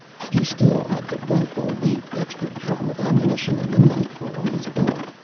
he still had the rifle. the extra drum of ammunition and the knife were on his belt,